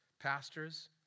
pastors